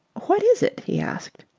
what is it? he asked.